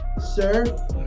Sir